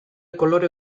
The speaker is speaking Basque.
kolore